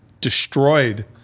destroyed